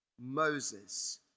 Moses